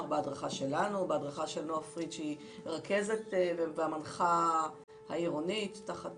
בהדרכה שלנו ושל נועה פריד שהיא הרכזת והמנחה העירונית תחת